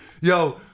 Yo